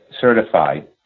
certified